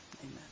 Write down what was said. amen